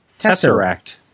Tesseract